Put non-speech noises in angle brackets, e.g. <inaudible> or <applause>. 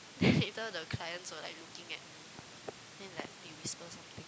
<laughs> later the clients were like looking at me then like they whisper something